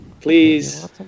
Please